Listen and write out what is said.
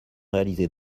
réalisée